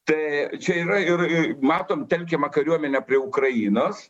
tai čia yra ir matom telkiamą kariuomenę prie ukrainos